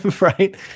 Right